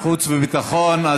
חוץ וביטחון?